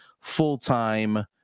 full-time